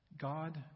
God